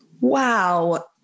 wow